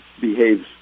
behaves